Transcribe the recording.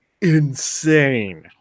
Insane